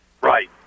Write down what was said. Right